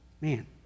Man